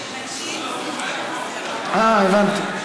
אה, הבנתי.